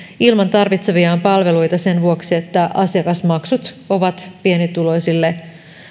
ilman tarvitsemiaan palveluita sen vuoksi että asiakasmaksut ovat pienituloisille